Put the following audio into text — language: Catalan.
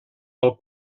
del